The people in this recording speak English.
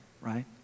right